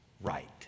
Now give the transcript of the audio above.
right